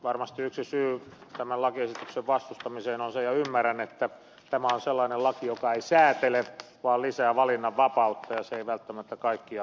varmasti yksi syy tämän lakiesityksen vastustamiseen on se ja ymmärrän että tämä on sellainen laki joka ei säätele vaan lisää valinnanvapautta ja se ei välttämättä kaikkia tyydytä